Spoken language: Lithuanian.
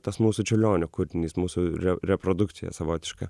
tas mūsų čiurlionio kūrinys mūsų re reprodukcija savotiška